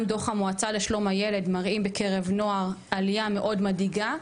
גם דוח המועצה לשלום הילד מראה בקרב נוער עלייה מאוד מדאיגה,